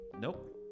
Nope